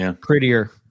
prettier